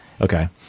Okay